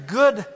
good